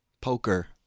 Poker